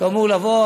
שאמור לבוא,